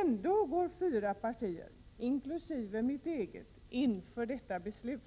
Ändå går fyra partier, inkl. mitt eget, in för ett sådant beslut.